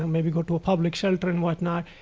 um maybe go to a public shelter and whatnot.